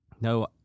No